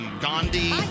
Gandhi